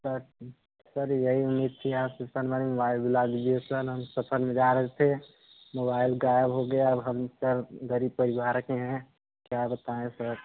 sir sir यही उम्मीद थी आप से सर मेरी मोबाईल दिला दीजिए सर हम सफर में जा रहे थे मोबाइल गायब हो गया अब हम सर गरीब परिवार के हैं क्या बताएँ सर